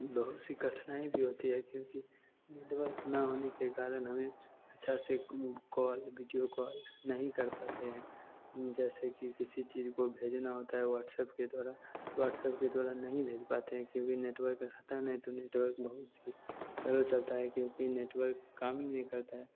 बहुत सी कठिनाई भी होती है क्योंकि नेटवर्क ना होने के कारण हमें अच्छा से कॉल बीडियो कॉल नहीं कर पाते हैं जैसे कि किसी चीज़ को भेजना होता है व्हाट्सऐप के द्वारा तो व्हाट्सऐप के द्वारा नहीं भेज पाते हैं क्योंकि नेटवर्क रहता नहीं है तो नेटवर्क बहुत सी चलता है क्योंकि नेटवर्क काम ही नहीं करता है